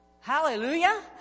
Hallelujah